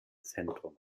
zentrum